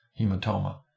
hematoma